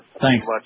thanks